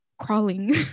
crawling